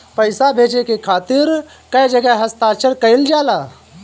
पैसा भेजे के खातिर कै जगह हस्ताक्षर कैइल जाला?